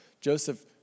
Joseph